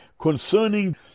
concerning